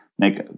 make